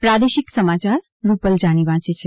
પ્રાદેશિક સમાચાર રૂપલ જાની વાંચે છે